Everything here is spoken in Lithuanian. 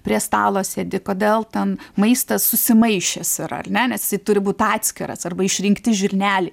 prie stalo sėdi kodėl ten maistas susimaišęs yra ar ne nes jisai turi būt atskiras arba išrinkti žirneliai